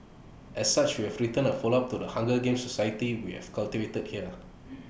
as such we have written A follow up to the hunger games society we have cultivated here